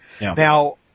Now